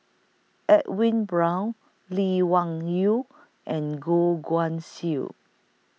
Edwin Brown Lee Wung Yew and Goh Guan Siew